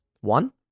One